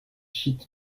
schied